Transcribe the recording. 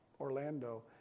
Orlando